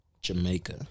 Jamaica